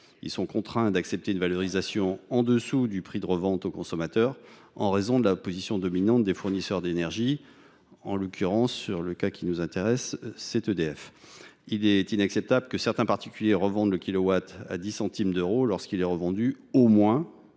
Ils sont contraints d’accepter une valorisation en dessous du prix de revente aux consommateurs, en raison de la position dominante des fournisseurs d’énergie, EDF dans le cas qui nous intéresse aujourd’hui. Il est inacceptable que certains particuliers revendent le kilowattheure à 10 centimes d’euros quand celui ci